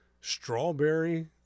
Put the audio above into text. strawberry